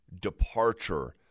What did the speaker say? departure